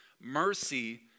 Mercy